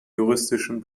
juristischen